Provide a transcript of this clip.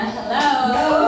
Hello